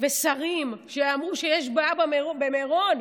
ושרים שאמרו שיש בעיה במירון,